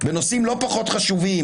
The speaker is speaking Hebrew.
בנושאים לא פחות חשובים